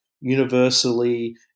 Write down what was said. universally